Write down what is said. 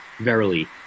verily